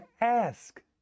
ask